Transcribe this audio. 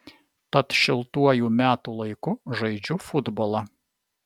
tad šiltuoju metų laiku žaidžiu futbolą